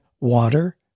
water